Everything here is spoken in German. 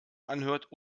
anhört